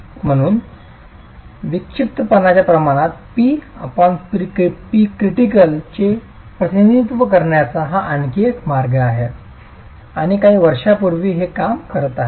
म्हणून विक्षिप्तपणाच्या प्रमाणात PPcritical चे प्रतिनिधित्व करण्याचा हा आणखी एक मार्ग आहे आणि काही वर्षांपूर्वी हे काम करत आहे